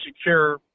secure